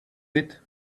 eat